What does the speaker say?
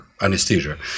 anesthesia